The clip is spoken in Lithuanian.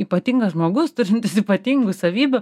ypatingas žmogus turintis ypatingų savybių